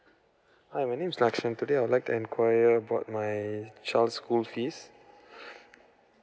hi my name is lakshan today I would like enquire about my child school fees